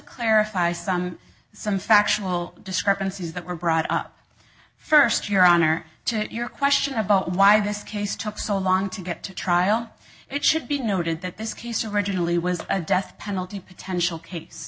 clarify some some factual discrepancies that were brought up first your honor to your question about why this case took so long to get to trial it should be noted that this case originally was a death penalty potential ca